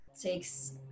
Takes